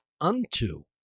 unto